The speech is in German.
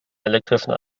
elektrischen